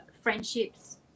friendships